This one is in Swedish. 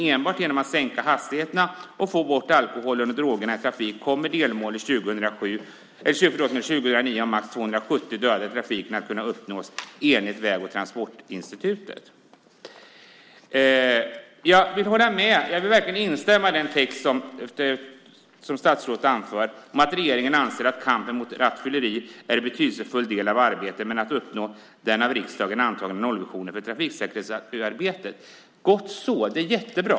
Enbart genom att sänka hastigheterna och få bort alkohol och droger från trafiken kommer delmålet 2009 om max 270 dödade i trafiken att kunna uppnås enligt Väg och transportinstitutet. Jag instämmer i den text som statsrådet anför om att regeringen anser att kampen mot rattfylleri är en betydelsefull del av arbetet med att uppnå den av riksdagen antagna nollvisionen för trafiksäkerhetsarbetet. Det är jättebra.